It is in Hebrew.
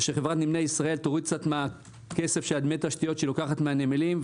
שחברת נמלי ישראל תוריד קצת מדמי התשתיות שהיא לוקחת מהנמלים,